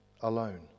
alone